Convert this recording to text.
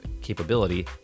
capability